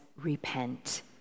repent